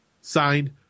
Signed